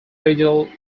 digital